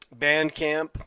Bandcamp